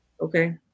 Okay